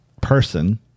person